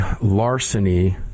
larceny